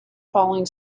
falling